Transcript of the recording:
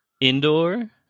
Indoor